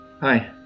Hi